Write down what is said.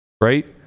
right